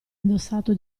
indossato